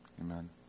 amen